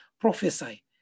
prophesy